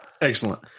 Excellent